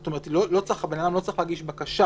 זאת אומרת, הבן אדם לא צריך להגיש בקשה